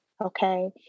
okay